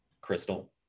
crystal